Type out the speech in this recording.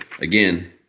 Again